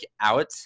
out